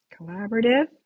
collaborative